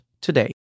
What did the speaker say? today